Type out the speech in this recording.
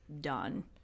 done